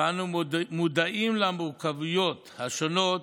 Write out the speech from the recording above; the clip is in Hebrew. ואנחנו מודעים למורכבויות השונות